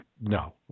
No